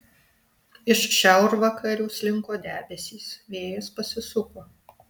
iš šiaurvakarių slinko debesys vėjas pasisuko